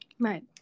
Right